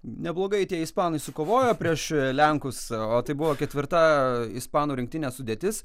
neblogai tie ispanai sukovojo prieš lenkus o tai buvo ketvirta ispanų rinktinės sudėtis